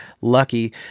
lucky